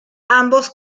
ambos